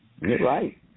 right